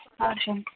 okay